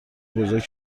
بزرگ